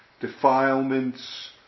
defilements